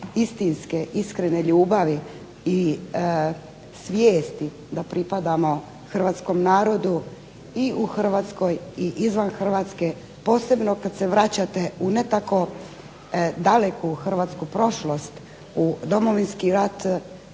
istinske iskrene ljubavi i svijesti da pripadamo hrvatskom narodu i u Hrvatskoj i izvan Hrvatske posebno kad se vraćate u ne tako daleku hrvatsku prošlost u Domovinski rat